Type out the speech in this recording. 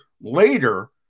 later